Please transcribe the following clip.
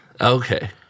Okay